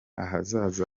ahazaza